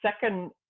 second